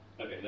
Okay